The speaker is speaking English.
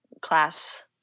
class